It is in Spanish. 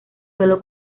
sólo